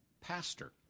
pastor